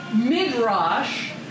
midrash